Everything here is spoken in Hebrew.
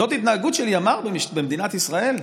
זאת התנהגות של ימ"ר במדינת ישראל?